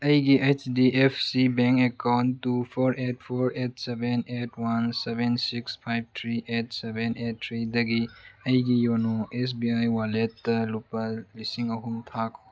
ꯑꯩꯒꯤ H D F C bank account two four eight four eight seven eight one seven six five three eight seven eight ꯊ꯭ꯔꯤꯗꯒꯤ ꯑꯩꯒꯤ YONO S B I ꯋꯥꯜꯂꯦꯠꯇ ꯂꯨꯄꯥ ꯂꯤꯁꯤꯡ ꯑꯍꯨꯝ ꯊꯥꯈꯣ